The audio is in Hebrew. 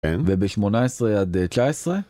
וב 18 עד 19